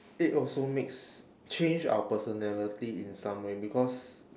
it also makes change our personality in some way because